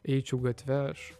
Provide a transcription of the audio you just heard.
eičiau gatve aš